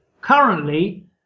Currently